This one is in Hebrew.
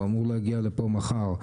הוא אמור להגיע לפה מחר,